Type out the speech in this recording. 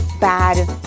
bad